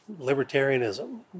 libertarianism